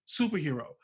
superhero